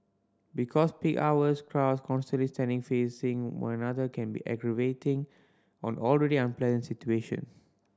because peak hours crowds constantly standing facing one another can be aggravating on already unpleasant situation